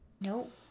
Nope